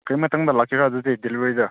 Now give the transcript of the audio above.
ꯀꯔꯤ ꯃꯇꯝꯗ ꯂꯥꯛꯀꯦꯔꯥ ꯑꯗꯨꯗꯤ ꯗꯤꯂꯤꯚꯔꯤꯗ